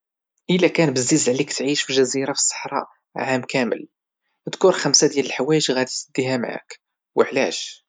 الى كان بزز عليك تعيش في جزيرة في الصحراء عام كامل دكر خمسة ديال الحوايج غادي تديها معك او علاش؟